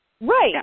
Right